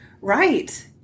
Right